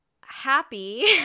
happy